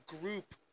group